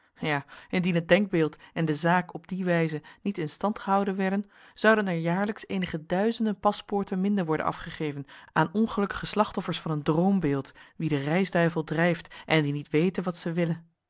hebben ja indien het denkbeeld en de zaak op die wijze niet in stand gehouden werden zouden er jaarlijks eenige duizenden paspoorten minder worden afgegeven aan ongelukkige slachtoffers van een droombeeld wie de reisduivel drijft en die niet weten wat zij willen